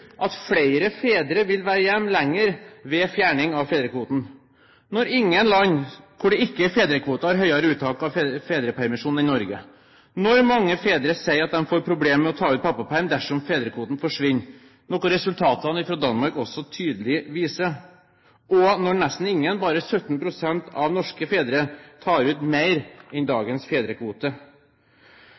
at flere fedre vil være hjemme lenger ved fjerning av fedrekvoten når ingen land, hvor det ikke er fedrekvote, har høyere uttak av fedrepermisjon enn Norge. Mange fedre sier de får problemer med å ta ut pappaperm dersom fedrekvoten forsvinner, noe resultatene fra Danmark tydelig viser, og nesten ingen – bare 17 pst. – norske fedre tar ut mer enn dagens fedrekvote.